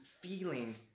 feeling